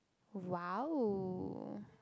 !wow!